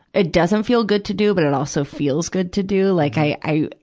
ah doesn't feel good to do, but it also feels good to do. like i, i,